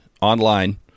online